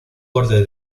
borde